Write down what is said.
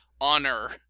honor